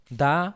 da